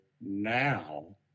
now